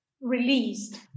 released